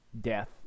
death